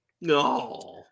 No